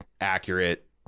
accurate